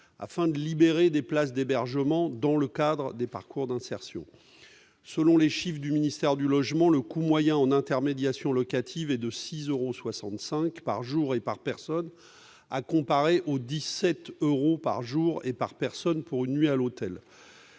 afin de libérer des places d'hébergement dans le cadre de parcours d'insertion. Selon les chiffres du ministère du logement, le coût moyen en intermédiation locative est de 6,65 euros par jour et par personne, à comparer aux 17,08 euros par jour et par personne pour une nuit à l'hôtel.